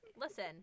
Listen